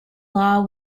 law